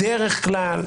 בדרך כלל,